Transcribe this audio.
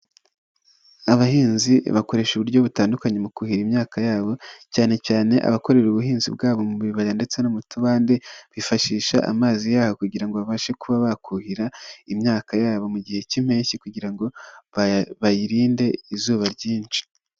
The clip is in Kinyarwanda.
Abahinzi bakoresha uburyo butandukanye mu kuhira imyaka yabo, cyane cyane abakorera ubuhinzi bwabo mu bibaya ndetse no mu tubande, bifashisha amazi yabo kugira babashe kuba bakuhira imyaka yabo mu gihe cy'impeshyi, kugira ngo bayirinde izuba ryinshi.